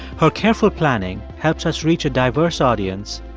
her careful planning helps us reach a diverse audience,